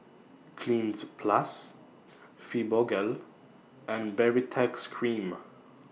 Cleanz Plus Fibogel and Baritex Cream